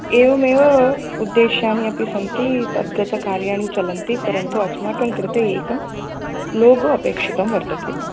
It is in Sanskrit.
एवमेव उद्देश्यानि अपि सन्ति तद्गतकार्याणि चलन्ति परन्तु अस्माकं कृते एकं लोगो अपेक्षितं वर्तते